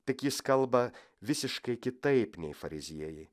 tik jis kalba visiškai kitaip nei fariziejai